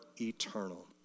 eternal